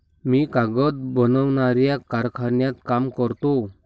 मी कागद बनवणाऱ्या कारखान्यात काम करतो